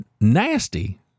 nasty